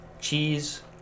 cheese